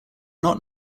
not